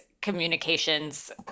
communications